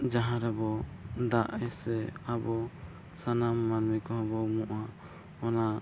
ᱡᱟᱦᱟᱸ ᱨᱮᱵᱚ ᱫᱟᱜ ᱦᱮᱸ ᱥᱮ ᱟᱵᱚ ᱥᱟᱱᱟᱢ ᱢᱟᱱᱢᱤ ᱠᱚᱦᱚᱸᱵᱚ ᱩᱢᱩᱜᱼᱟ ᱚᱱᱟ